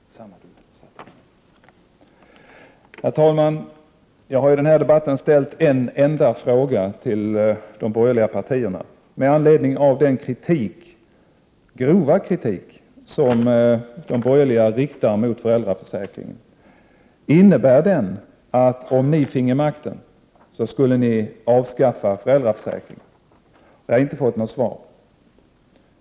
Social välfagd, Herr talman! Jag har i den här debatten ställt en enda fråga till de borgerliga partierna med anledning av den grova kritik som de riktar mot föräldraförsäkringen. Innebär den kritiken att ni, om ni finge makten, skulle avskaffa föräldraförsäkringen? Jag har inte fått något svar.